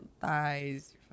thighs